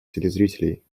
телезрителей